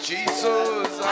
Jesus